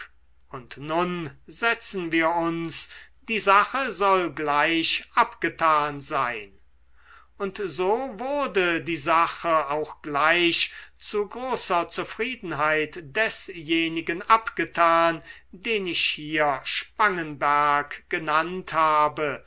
und nun setzen wir uns die sache soll gleich abgetan sein und so wurde die sache auch gleich zu großer zufriedenheit desjenigen abgetan den ich hier spangenberg genannt habe